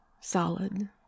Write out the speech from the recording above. solid